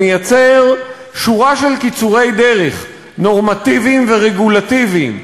מייצר שורה של קיצורי דרך נורמטיביים ורגולטיביים.